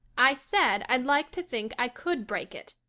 i said i'd like to think i could break it.